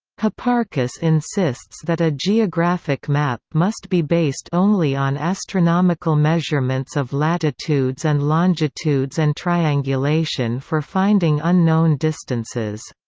hipparchus insists that a geographic map must be based only on astronomical measurements of latitudes and longitudes and triangulation for finding unknown distances.